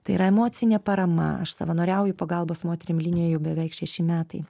tai yra emocinė parama aš savanoriauju pagalbos moterim linijoj jau beveik šeši metai